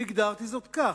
והגדרתי זאת כך.